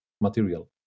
material